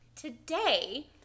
Today